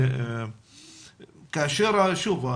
כאשר שוב,